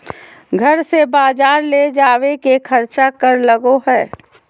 घर से बजार ले जावे के खर्चा कर लगो है?